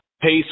pace